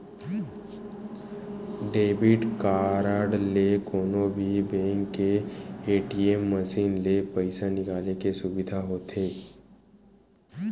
debit card ले कोनो भी बेंक के ए.टी.एम मसीन ले पइसा निकाले के सुबिधा होथे